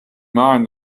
mind